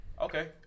okay